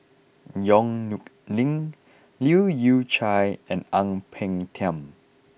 Yong Nyuk Lin Leu Yew Chye and Ang Peng Tiam